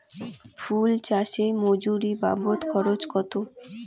ফুল চাষে মজুরি বাবদ খরচ কত?